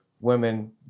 women